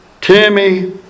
Timmy